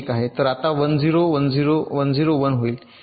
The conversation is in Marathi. तर आता 1 0 1 0 1 0 1 होईल